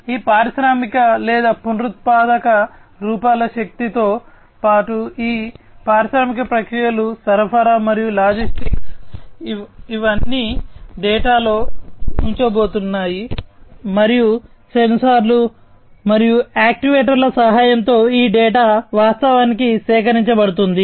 ఈ పారిశ్రామిక లేదా పునరుత్పాదక రూపాల శక్తితో పాటు ఈ పారిశ్రామిక ప్రక్రియలు సరఫరా మరియు లాజిస్టిక్స్ ఇవన్నీ ఈ డేటాలో చూపించబోతున్నాయి మరియు సెన్సార్లు మరియు యాక్యుయేటర్ల సహాయంతో ఈ డేటా వాస్తవానికి సేకరించబడుతుంది